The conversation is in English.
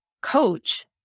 coach